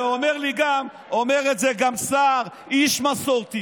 אומר את זה גם סער, איש מסורתי.